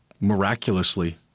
miraculously